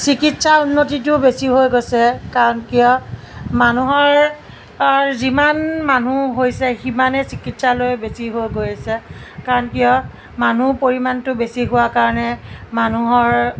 চিকিৎসাৰ উন্নতিটো বেছি হৈ গৈছে কাৰণ কিয় মানুহৰ যিমান মানুহ হৈছে সিমানেই চিকিৎসালয় বেছি হৈ গৈ আছে কাৰণ কিয় মানুহৰ পৰিমাণটো বেছি হোৱাৰ কাৰণে মানুহৰ